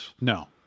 No